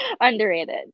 Underrated